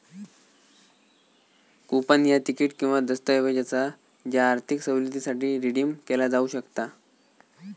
coupon ह्या ticket किंवा दस्तऐवज असा ज्या आर्थिक सवलतीसाठी रिडीम केला जाऊ शकता